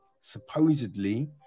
supposedly